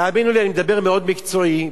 תאמינו לי, אני מדבר מאוד מקצועי.